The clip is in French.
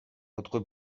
votre